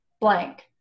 blank